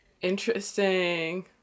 Interesting